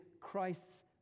Christ's